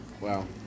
Wow